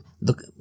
look